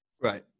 Right